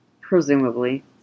Presumably